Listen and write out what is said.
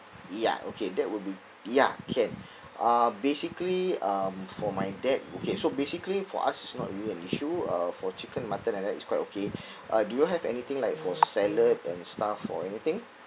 ya okay that will be ya can uh basically um for my dad okay so basically for us it's not really an issue uh for chicken mutton like that it's quite okay uh do you all have anything like for salad and stuff or anything